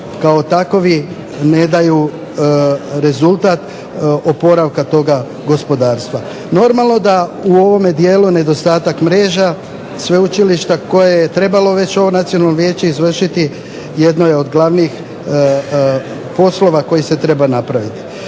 kao takovi ne daju rezultat oporavka toga gospodarstva. Normalno da u ovome dijelu nedostatak mreža sveučilišta koje je trebalo već ovo nacionalno vijeće izvršiti, jedno je od glavnih poslova koji se treba napraviti.